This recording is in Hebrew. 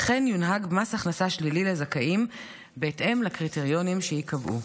וכן יונהג מס הכנסה שלילי לזכאים בהתאם לקריטריונים שייקבעו.